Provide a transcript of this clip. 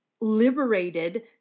liberated